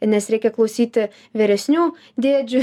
nes reikia klausyti vyresnių dėdžių